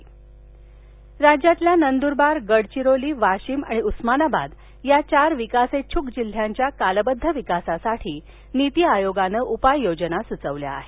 आकांक्षित राज्यातील नंदूरबार गडचिरोली वाशिम उस्मानाबाद या चार विकासेच्छ्क जिल्ह्यांच्या कालबद्ध विकासासाठी नीती आयोगानं उपाययोजना सुचवल्या आहेत